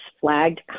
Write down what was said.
flagged